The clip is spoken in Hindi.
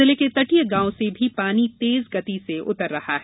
जिले के तटीय गांवों से भी पानी तेज गति से उतर रहा है